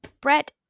Brett